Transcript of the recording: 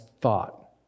thought